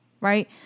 right